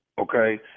Okay